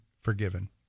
forgiven